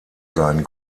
sein